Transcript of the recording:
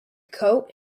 coat